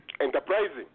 enterprising